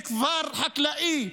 בכפר חקלאי,